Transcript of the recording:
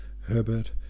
Herbert